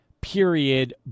period